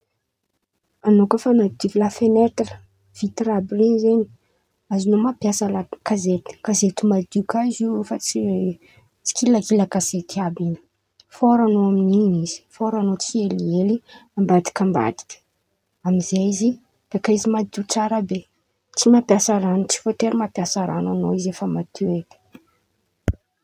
An̈ao koa fa an̈adio la fenetra, vitira àby ren̈y zen̈y azon̈ao mampiasa la gazety, gazety madio kà izy amin̈io fa tsy kilakila gazety àby io, fôran̈ao amin̈'in̈y izy, fôran̈ao tsihelihely ambadika ambadika amizay izy bôka madio tsara be, tsy mampiasa ran̈o tsy vôtery mampiasa ran̈o an̈ao zen̈y fa madio edy.